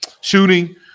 Shooting